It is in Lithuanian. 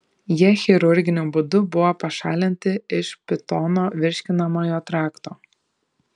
jie chirurginiu būdu buvo pašalinti iš pitono virškinamojo trakto